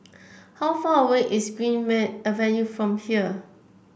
how far away is Greenmead Avenue from here